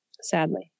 sadly